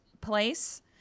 place